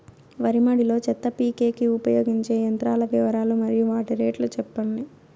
వరి మడి లో చెత్త పీకేకి ఉపయోగించే యంత్రాల వివరాలు మరియు వాటి రేట్లు చెప్పండి?